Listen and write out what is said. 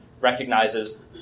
recognizes